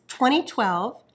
2012